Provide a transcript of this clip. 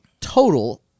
total